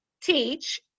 teach